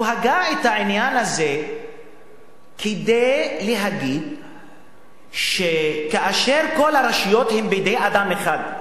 הוא הגה את העניין הזה כדי להגיד שכאשר כל הרשויות הן בידי אדם אחד,